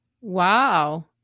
Wow